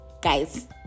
Guys